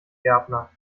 gärtner